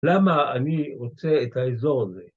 למה אני רוצה את האזור הזה?